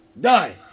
die